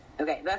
Okay